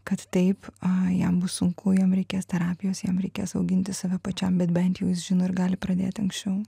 kad taip a jam bus sunku jam reikės terapijos jam reikės auginti save pačiam bet bent jis žino ir gali pradėti anksčiau